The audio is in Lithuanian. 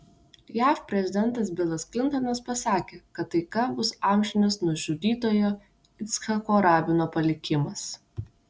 jav prezidentas bilas klintonas pasakė kad taika bus amžinas nužudytojo icchako rabino palikimas